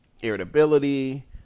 irritability